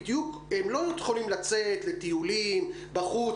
הם לא יכולים לצאת לטיולים בחוץ,